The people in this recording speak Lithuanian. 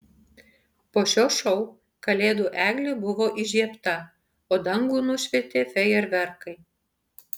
po šio šou kalėdų eglė buvo įžiebta o dangų nušvietė fejerverkai